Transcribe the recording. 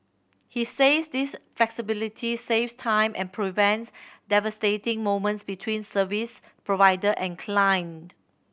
he says this flexibility saves time and prevents devastating moments between service provider and client